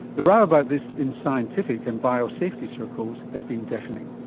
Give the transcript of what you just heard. the row about this in scientific and biosafety circles has been deafening.